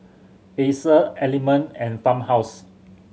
Acer Element and Farmhouse